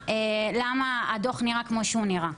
למה הדוח נראה כמו שהוא נראה.